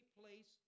place